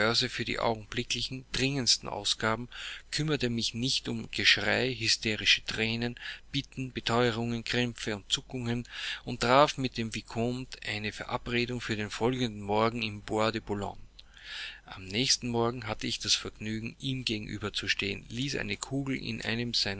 für die augenblicklichen dringendsten ausgaben kümmerte mich nicht um geschrei hysterische thränen bitten beteuerungen krämpfe und zuckungen und traf mit dem vicomte eine verabredung für den folgenden morgen im bois de boulogne am nächsten morgen hatte ich das vergnügen ihm gegenüber zu stehen ließ eine kugel in